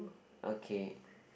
okay